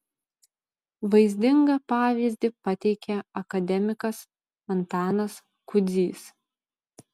vaizdingą pavyzdį pateikė akademikas antanas kudzys